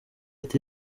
ati